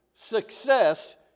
success